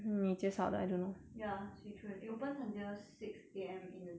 ya swee choon it opens until six A_M in the morning